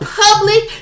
public